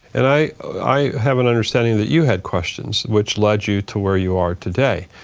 and i i have an understanding of that you had questions which led you to where you are today,